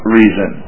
reason